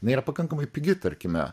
jinai yra pakankamai pigi tarkime